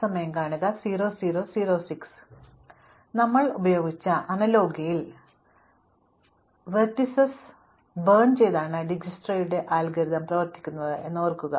അതിനാൽ ഞങ്ങൾ ഉപയോഗിച്ച അനലോഗിയിൽ ലംബങ്ങൾ കത്തിച്ചാണ് ഡിജക്സ്ട്രയുടെ അൽഗോരിതം പ്രവർത്തിക്കുന്നത് എന്ന് ഓർക്കുക